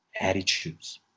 attitudes